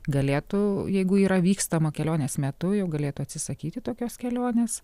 galėtų jeigu yra vykstama kelionės metu jau galėtų atsisakyti tokios kelionės